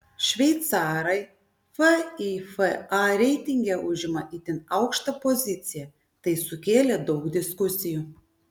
šveicarai fifa reitinge užima itin aukštą poziciją tai sukėlė daug diskusijų